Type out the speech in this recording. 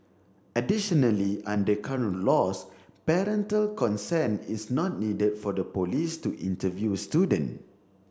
additionally under current laws parental consent is not needed for the police to interview a student